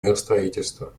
миростроительства